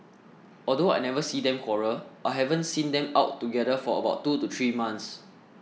although I never see them quarrel I haven't seen them out together for about two to three months